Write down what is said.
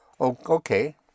okay